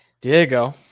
Diego